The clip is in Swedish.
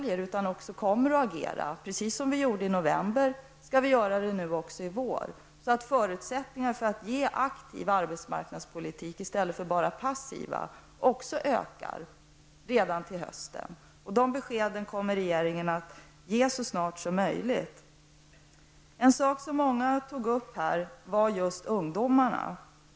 Dessutom kommer vi att agera -- precis som vi gjorde i november -- också nu i vår. Förutsättningarna för att kunna erbjuda en aktiv arbetsmarknadspolitik i stället för en passiv sådan blir således bättre redan till hösten. Besked i dessa frågor kommer regeringen att ge så snart som möjligt. Frågan om just ungdomarnas situation har tagits upp här.